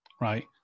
right